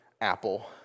apple